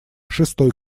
шестой